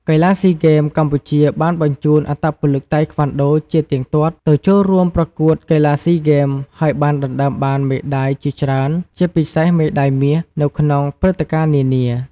កីឡាស៊ីហ្គេម SEA Games កម្ពុជាបានបញ្ជូនអត្តពលិកតៃក្វាន់ដូជាទៀងទាត់ទៅចូលរួមប្រកួតកីឡាស៊ីហ្គេម ហើយបានដណ្ដើមបានមេដាយជាច្រើន ជាពិសេសមេដាយមាសនៅក្នុងព្រឹត្តិការណ៍នានា។